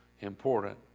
important